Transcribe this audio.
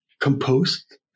composed